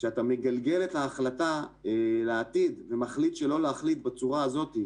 כשאתה מגלגל את ההחלטה לעתיד ומחליט שלא להחליט בצורה הזאת,